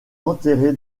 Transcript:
enterré